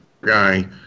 guy